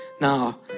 now